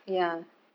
ya I get what you mean